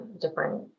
different